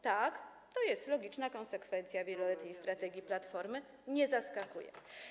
Tak, to jest logiczna konsekwencja wieloletniej strategii Platformy, to nie zaskakuje.